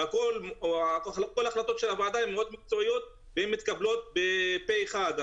כל החלטות הוועדה הן מאוד מקצועיות והן מתקבלות פה אחד.